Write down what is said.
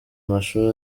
amashuri